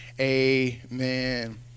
Amen